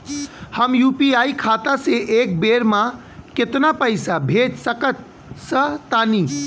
हम यू.पी.आई खाता से एक बेर म केतना पइसा भेज सकऽ तानि?